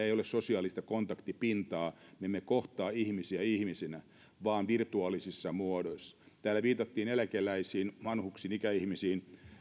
ei ole sosiaalista kontaktipintaa me emme kohtaa ihmisiä ihmisinä vaan virtuaalisissa muodoissa täällä viitattiin eläkeläisiin vanhuksiin ikäihmisiin